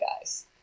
guys